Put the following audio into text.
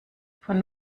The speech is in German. von